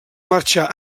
marxar